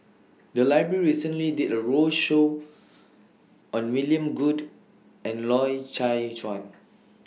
The Library recently did A roadshow on William Goode and Loy Chye Chuan